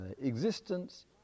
existence